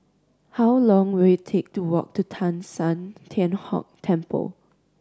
how long will it take to walk to Teng San Tian Hock Temple